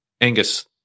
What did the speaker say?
Angus